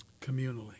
Communally